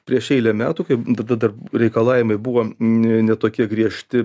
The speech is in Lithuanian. prieš eilę metų kaip tada dar reikalavimai buvo ne tokie griežti